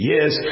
Yes